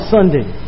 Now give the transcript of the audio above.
Sunday